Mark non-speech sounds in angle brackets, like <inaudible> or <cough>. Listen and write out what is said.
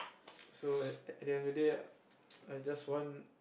so at end of the day <noise> I just want